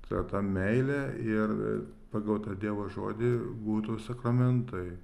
ta ta meilė ir pagal dievo žodį būtų sakramentai